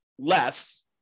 Less